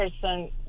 person